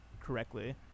correctly